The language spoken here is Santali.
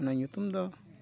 ᱚᱱᱟ ᱧᱩᱛᱩᱢ ᱫᱚ